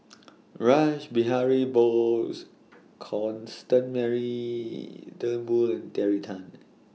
Rash Behari Bose Constance Mary Turnbull and Terry Tan